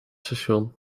station